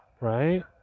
Right